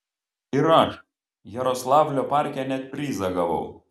ir aš jaroslavlio parke net prizą gavau